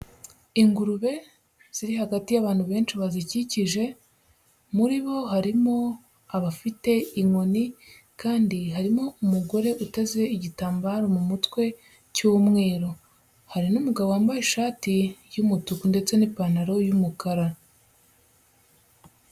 Ingurube ziri hagati y'abantu benshi bazikikije, muri bo harimo abafite inkoni kandi harimo umugore uteze igitambaro mu mutwe cy'umweru. Hari n'umugabo wambaye ishati y'umutuku ndetse n'ipantaro y'umukara.